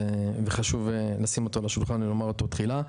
וחשוב לשים אותו על השולחן ולומר אותו בתחילה.